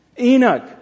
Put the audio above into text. Enoch